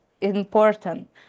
important